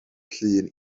llun